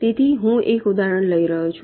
તેથી હું એક ઉદાહરણ લઈ રહ્યો છું